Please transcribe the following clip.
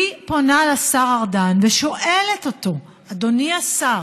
אני פונה לשר ארדן ושואלת אותו: אדוני השר,